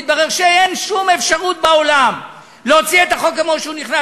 התברר שאין שום אפשרות בעולם להוציא את החוק כמו שהוא נכנס.